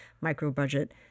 micro-budget